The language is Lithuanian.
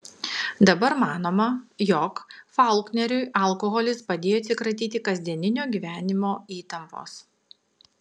dabar manoma jog faulkneriui alkoholis padėjo atsikratyti kasdieninio gyvenimo įtampos